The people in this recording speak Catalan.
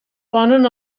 ponen